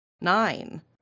nine